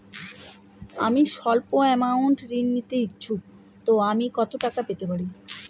আমি সল্প আমৌন্ট ঋণ নিতে ইচ্ছুক তো আমি কত টাকা পেতে পারি?